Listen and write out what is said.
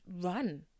run